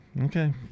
Okay